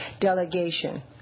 delegation